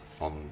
on